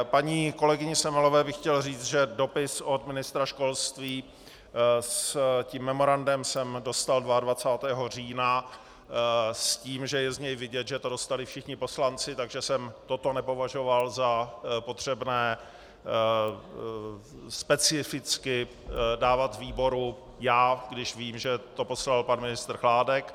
Paní kolegyni Semelové bych chtěl říct, že dopis od ministra školství s tím memorandem jsem dostal 22. října s tím, že je z něj vidět, že to dostali všichni poslanci, takže jsem toto nepovažoval za potřebné specificky dávat výboru já, když vím, že to poslal pan ministr Chládek.